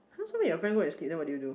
so your friend work as steward what do you do